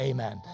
Amen